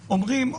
אומרים,